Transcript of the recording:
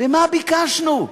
ומה ביקשנו,